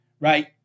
right